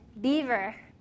beaver